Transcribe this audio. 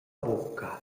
bucca